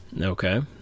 Okay